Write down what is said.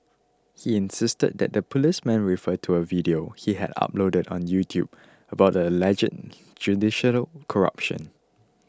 he insisted that the policemen refer to a video he had uploaded on YouTube about alleged corruption